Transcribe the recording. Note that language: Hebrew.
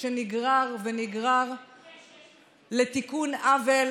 שנגרר ונגרר לתיקון עוול